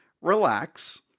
relax